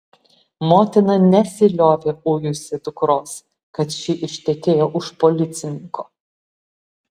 motina nesiliovė ujusi dukros kad ši ištekėjo už policininko